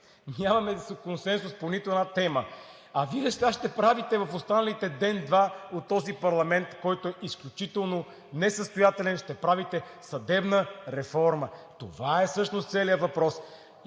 нямаме консенсус по нито една тема, а Вие сега ще правите в останалите ден-два от този парламент, който е изключително несъстоятелен, ще правите съдебна реформа. Това всъщност е целият въпрос